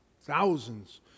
thousands